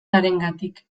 harengatik